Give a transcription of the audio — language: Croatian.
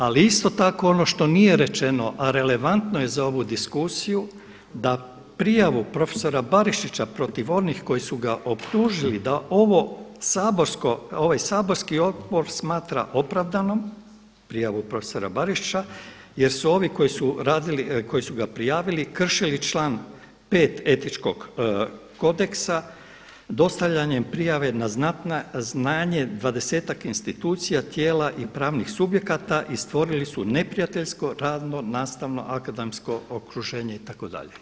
Ali isto tako ono što nije rečeno a relevantno je za ovu diskusiju da prijavu profesora Barišića protiv onih koji su ga optužili da ovo saborsko, da ovaj saborski odbor smatra opravdanom prijavu profesora Barišića jer su ovi koji su radili, koji su ga prijavili kršili član 5. Etičkog kodeksa dostavljanjem prijave na znanje dvadesetak institucija, tijela i pravnih subjekata i stvorili su neprijateljsko radno nastavno akademsko okruženje itd.